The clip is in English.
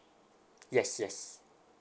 yes yes